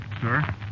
Sir